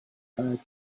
had